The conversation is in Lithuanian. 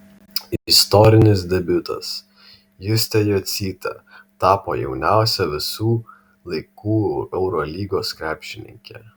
istorinis debiutas justė jocytė tapo jauniausia visų laikų eurolygos krepšininke